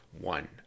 One